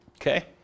Okay